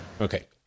Okay